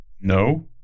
No